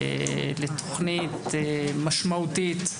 נחשפתי לתוכנית משמעותית,